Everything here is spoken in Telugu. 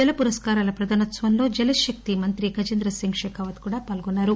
జల పురస్కారాల ప్రదానోత్సవంలో జలశక్తి మంత్రి గజేంద్ర సింగ్ షేఖావత్ కూడా పాల్గొన్నారు